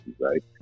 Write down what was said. right